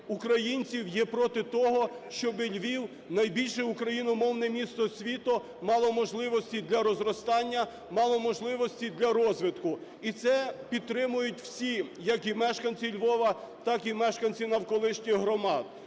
українців є проти того, щоб Львів, найбільше україномовне місто світу, мало можливості для розростання, мало можливості для розвитку? І це підтримують всі: як і мешканці Львова, так і мешканці навколишніх громад.